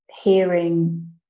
hearing